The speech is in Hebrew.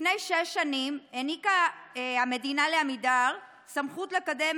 לפני שש שנים העניקה המדינה לעמידר סמכות לקדם